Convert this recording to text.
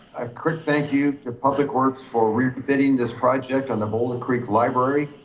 a quick thank you to public works for revisiting this project on the boulder creek library.